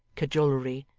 cajolery,